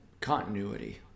continuity